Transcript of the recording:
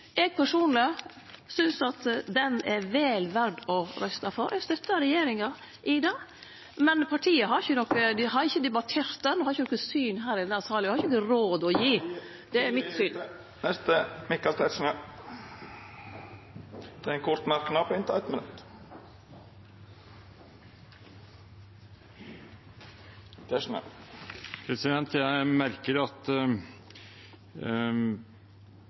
Eg personleg synest at ho er vel verd å røyste for, eg støttar regjeringa i det. Men partiet har ikkje debattert ho, har ikkje noko syn her i denne salen, har ikkje råd å gi Tida er ute. Representanten Michael Tetzschner har hatt ordet to gonger tidlegare og får ordet til ein kort merknad, avgrensa til 1 minutt. Jeg merker at